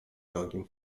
nogi